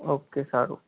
okay સારું